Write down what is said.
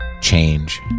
change